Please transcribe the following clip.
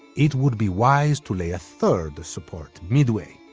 it would be wise to lay a third support midway.